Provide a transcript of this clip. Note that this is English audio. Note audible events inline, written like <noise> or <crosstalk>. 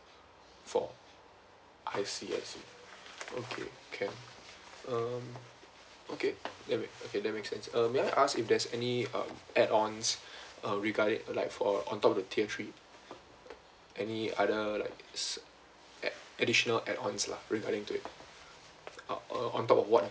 four I see I see okay can <breath> um okay okay that makes sense uh may I ask if there's any um add ons <breath> uh regarding like for on top of the tier three any other like ad~ additional add ons lah regarding to it <breath> ah uh on top of what I